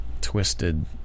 twisted